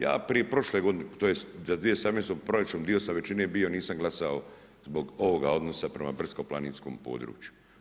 Ja, prije, prošle godine, tj. za 2018. proračun, bio sam u većini, bio, nisam glasao zbog ovoga odnosa prema brdsko-planinskom području.